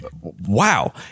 wow